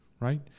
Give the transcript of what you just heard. Right